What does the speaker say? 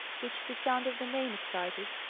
which the sound of the name excited,